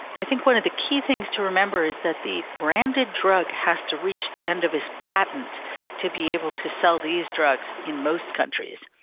i think one of the key things to remember is that the branded drug has to reach the end of its patent to be able to sell these drugs in most countries.